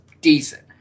decent